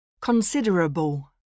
Considerable